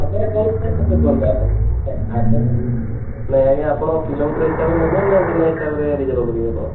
ଆପଣ କେଉଁ ହିସାବରେ ଦେବେ କୁହନ୍ତୁ ଆଜ୍ଞା ଆପଣ ନାହିଁ ଆଜ୍ଞା ଆପଣ କିଲୋମିଟର ହିସାବରେ ନେବେ ନା ଦିନ ହିସାବରେ ରିଜର୍ଭ୍ କରିବେ